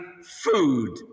Food